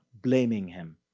blaming him.